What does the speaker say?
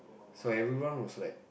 so everyone was like